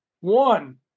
one